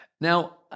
Now